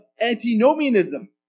antinomianism